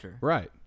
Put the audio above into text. Right